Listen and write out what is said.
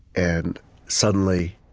and suddenly,